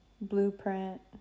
blueprint